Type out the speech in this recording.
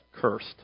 cursed